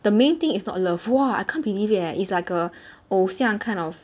the main thing is not love !wah! I can't believe it eh it's like a 偶像 kind of